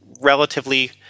relatively